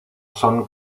son